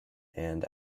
and